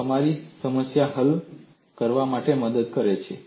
તે તમારી સમસ્યા હલ કરવામાં પણ મદદ કરે છે